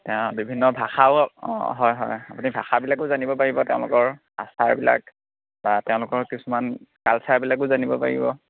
তেওঁ বিভিন্ন ভাষাও অঁ হয় হয় আপুনি ভাষাবিলাকো জানিব পাৰিব তেওঁলোকৰ আচাৰবিলাক বা তেওঁলোকৰ কিছুমান কালচাৰবিলাকো জানিব পাৰিব